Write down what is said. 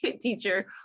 teacher